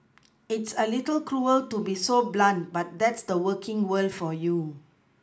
it's a little cruel to be so blunt but that's the working world for you